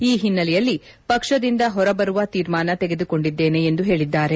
ಈ ಪಿನ್ನೆಲೆಯಲ್ಲಿ ಪಕ್ಷದಿಂದ ಹೊರಬರುವ ತೀರ್ಮಾನ ತೆಗೆದುಕೊಂಡಿದ್ದೇನೆ ಎಂದು ಹೇಳಿದ್ದಾರೆ